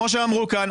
כמו שאמרו כאן,